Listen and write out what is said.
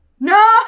No